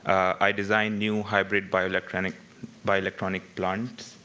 i design new hybrid bioelectronic bioelectronic plants,